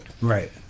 Right